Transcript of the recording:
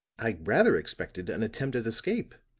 i rather expected an attempt at escape.